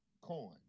coin